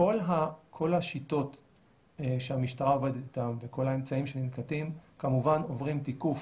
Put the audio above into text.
כל השיטות שהמשטרה עובדת איתן וכל האמצעים שננקטים כמובן עוברים תיקוף,